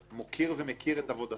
מכיר ומוקיר את עבודתה,